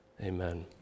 Amen